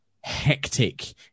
hectic